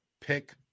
pick